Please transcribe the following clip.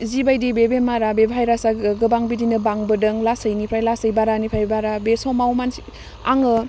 जिबायदि बे बेमारा बे भाइरासा गो गोबां बिदिनो बांबोदों लासैनिफ्राय लासै बारानिफ्राय बारा बे समाव मानसि आङो